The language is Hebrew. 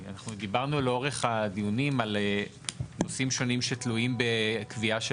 אנחנו דיברנו לאורך הדיונים על נושאים שונים שתלויים בקביעה של